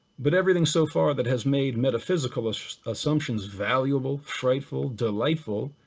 but everything so far that has made metaphysical assumptions valuable, frightful, delightful,